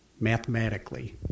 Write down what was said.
mathematically